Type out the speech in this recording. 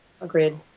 Agreed